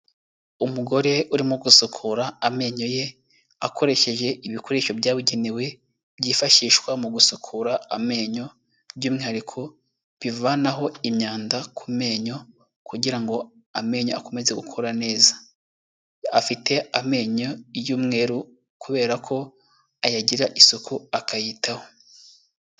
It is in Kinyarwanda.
Umugore urimo gusukura amenyo ye akoresheje ibikoresho byabugenewe byifashishwa mu gusukura amenyo, by'umwihariko bivanaho imyanda ku menyo kugira ngo amenyo akomeze gukora neza, afite amenyo y'umweru kubera ko ayagirira isuku akayitaho.